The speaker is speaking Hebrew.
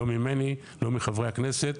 לא ממני לא מחברי הכנסת,